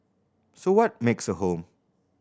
so what makes a home